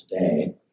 today